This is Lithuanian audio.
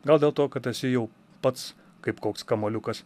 gal dėl to kad esi jau pats kaip koks kamuoliukas